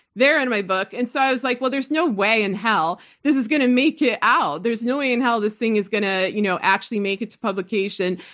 they're in my book. and so i was like, well, there's no way in hell this is going to make it out. there's no way in hell this thing is going to you know actually make it to publication.